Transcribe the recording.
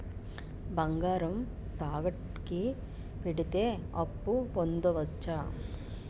బంగారం తాకట్టు కి పెడితే అప్పు పొందవచ్చ?